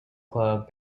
club